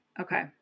Okay